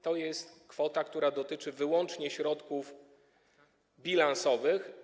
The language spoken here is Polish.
To jest kwota, która dotyczy wyłącznie środków bilansowych.